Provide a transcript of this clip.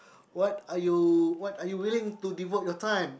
what are you what are you willing to devote your time